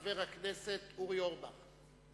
חבר הכנסת אורי אורבך.